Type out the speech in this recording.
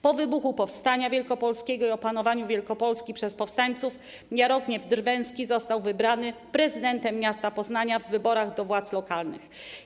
Po wybuchu Powstania Wielkopolskiego i opanowaniu Wielkopolski przez powstańców Jarogniew Drwęski został wybrany prezydentem miasta Poznania w wyborach do władz lokalnych.